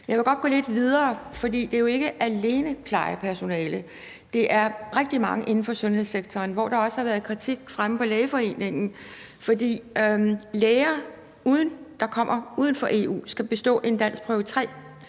jeg vil godt gå lidt videre, for det er jo ikke alene plejepersonale, men det gælder rigtig mange inden for sundhedssektoren. Der har også været kritik fremme fra Lægeforeningen, for læger, der kommer fra uden for EU, skal bestå en danskprøve 3,